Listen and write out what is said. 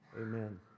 Amen